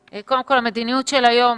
המדיניות של היום,